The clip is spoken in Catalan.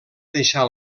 deixar